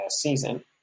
season